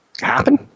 happen